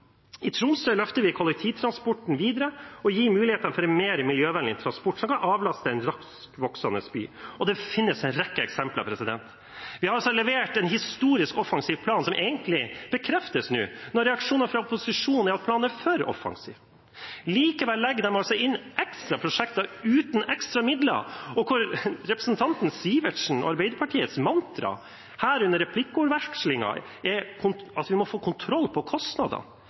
I Tromsø løfter vi kollektivtransporten videre og gir muligheter for en mer miljøvennlig transport, som kan avlaste en raskt voksende by. Det finnes en rekke eksempler. Vi har altså levert en historisk offensiv plan som egentlig bekreftes nå, når reaksjonen fra opposisjonen er at planen er for offensiv. Likevel legger de inn ekstra prosjekter uten ekstra midler. Og representanten Sivertsen og Arbeiderpartiets mantra under replikkordvekslingen er at vi må få kontroll med kostnadene. Det får en til å riste oppgitt på